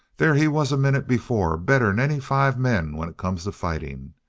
there he was a minute before better'n any five men when it come to fighting.